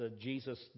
Jesus